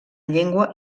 llengua